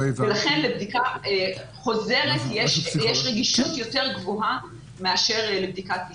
לכן לבדיקה חוזרת יש רגישות יותר גבוהה מאשר לבדיקה חד